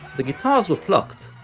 the guitars were plucked,